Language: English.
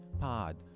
Pod